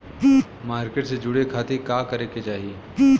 Market से जुड़े खाती का करे के चाही?